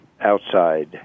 outside